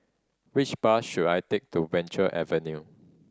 which bus should I take to Venture Avenue